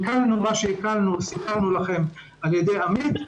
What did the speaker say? מה שהקלנו סיפר לכם עמית.